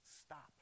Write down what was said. stop